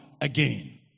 again